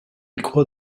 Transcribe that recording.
croît